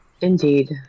Indeed